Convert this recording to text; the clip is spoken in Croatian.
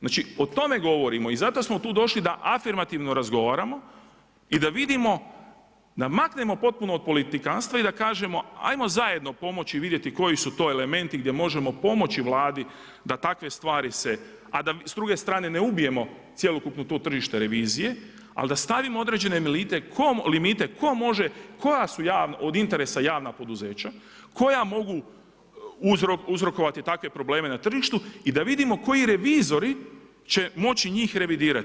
Znači o tome govorima i zato smo tu došli da afirmativno razgovaramo i da vidimo, da maknemo potpuno od politikanstva i da kažemo ajmo zajedno pomoći, vidjeti koji su to elementi gdje možemo pomoći Vladi da takve stvari se, a da s druge strane ne ubijeno cjelokupno to tržište revizije ali da stavimo određene limite tko može, koja su od interesa javna poduzeća koja mogu uzrokovati takve probleme na tržištu i da vidimo koji revizori će moći njih revidirati.